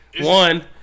One